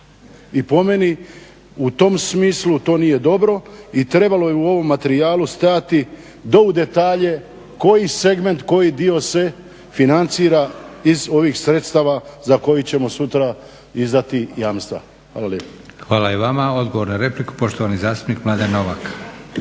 I po meni u tom smislu to nije dobro i trebalo je u ovom materijalu stajati do u detalje koji segment, koji dio se financira iz ovih sredstava za koji ćemo sutra izdati jamstva. Hvala lijepa. **Leko, Josip (SDP)** Hvala i vama. Odgovor na repliku, poštovani zastupnik Mladen Novak.